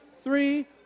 three